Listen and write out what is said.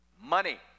money